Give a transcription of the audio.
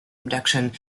abduction